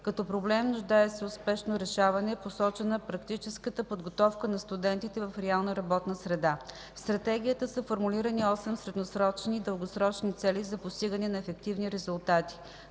Като проблем, нуждаещ се от спешно решаване, е посочена практическата подготовка на студентите в реална работна среда. В Стратегията са формулирани осем средносрочни и дългосрочни цели за постигане на ефективни резултати.